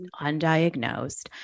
undiagnosed